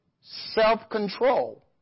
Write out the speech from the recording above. self-control